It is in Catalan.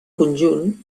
conjunt